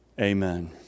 Amen